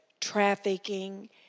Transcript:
trafficking